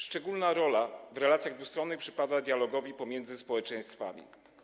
Szczególna rola w relacjach dwustronnych przypada dialogowi pomiędzy społeczeństwami.